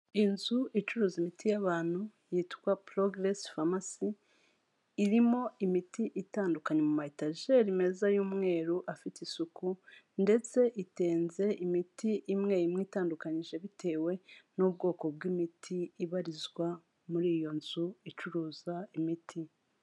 Inzu icuruza imiti y'abantu, yitwa Progress Pharmacy, irimo imiti itandukanye mu ma etageri meza y'umweru afite isuku, ndetse itenze imiti imwe imwe itandukanyije bitewe n'ubwoko bw'imiti ibarizwa muri iyo nzu icuruza imiti.